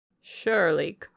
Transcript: Surely